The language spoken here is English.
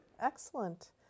excellent